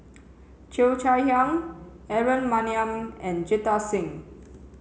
Cheo Chai Hiang Aaron Maniam and Jita Singh